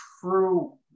true